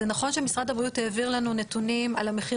זה נכון שמשרד הבריאות העביר לנו נתונים על המחיר